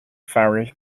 vary